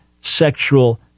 sexual